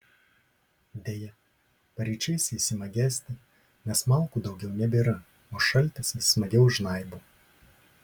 deja paryčiais jis ima gesti nes malkų daugiau nebėra o šaltis vis smagiau žnaibo